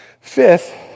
Fifth